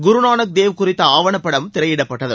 குருநானக் தேவ் குறித்த ஆவணப்படம் திரையிடப்பட்டது